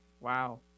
Wow